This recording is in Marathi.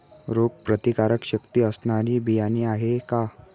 रोगप्रतिकारशक्ती असणारी बियाणे आहे का?